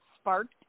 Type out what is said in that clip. sparked